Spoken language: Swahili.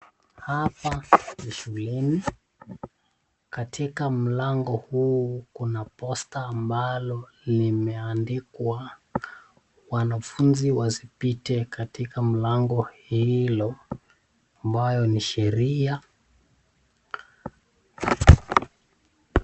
Hapa ni shuleni. Katika mlango huu kuna posta ambalo limeandikwa wanafunzi wasipite katika mlango hilo ambayo ni sheria.